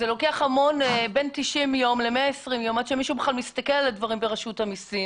זה אורך בין 90 ל-120 ימים עד שמישהו בכלל מסתכל על הדברים ברשות המסים.